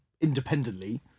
independently